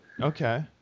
Okay